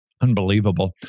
unbelievable